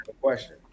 question